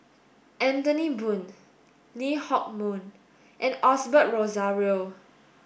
Anthony Poon Lee Hock Moh and Osbert Rozario